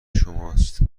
شماست